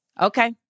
Okay